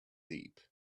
deep